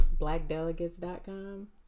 blackdelegates.com